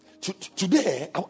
Today